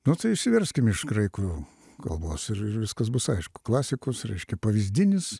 nu tai išsiverskim iš graikų kalbos ir ir viskas bus aišku klasikus reiškia pavyzdinis